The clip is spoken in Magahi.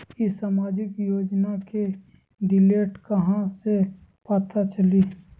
ई सामाजिक योजना के डिटेल कहा से पता चली?